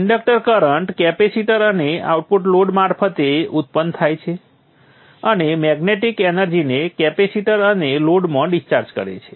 inductor current capacitor અને output load મારફતે ઉત્પન્ન થાય છે અને મૅગ્નેટિક એનર્જીને કેપેસિટર અને લોડમાં ડિસ્ચાર્જ કરે છે